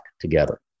together